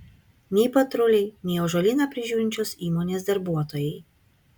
nei patruliai nei ąžuolyną prižiūrinčios įmonės darbuotojai